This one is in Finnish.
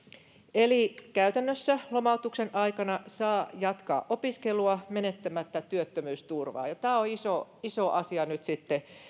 eli käytännössä lomautuksen aikana saa jatkaa opiskelua menettämättä työttömyysturvaa tämä on iso iso asia nyt sitten